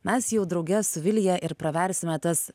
mes jau drauge su vilija ir praversime tas